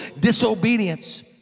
disobedience